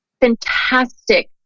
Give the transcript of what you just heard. fantastic